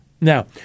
Now